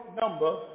number